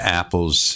apple's